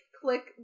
Click